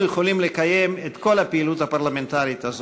יכולים לקיים את כל הפעילות הפרלמנטרית הזאת: